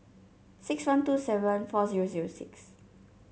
six one two seven four zero zero six